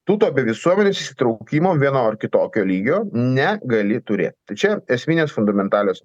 tu to be visuomenės įsitraukimo vieno ar kitokio lygio negali turėt tai čia esminės fundamentalios